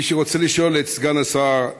אני רוצה לשאול את סגן השר,